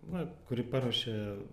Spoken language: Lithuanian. va kuri paruošia